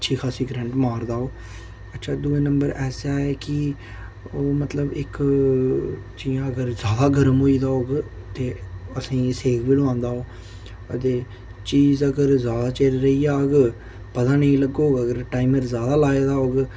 अच्छी खासी क्रैंट मारदा ओह् अच्छा दूआ नंबर ऐसा ऐ कि ओह् मतलब इक जियां अगर ज्यादा गर्म होई गेदा होग ते असेंगी सेक बी लोआंदा ओह् ते चीज अगर ज्यादा चिर रेही जाह्ग पता नेईं लग्गग अगर टाइमर ज्यादा लाए दा होग